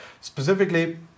Specifically